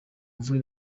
mvura